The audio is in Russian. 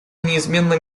неизменно